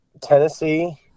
Tennessee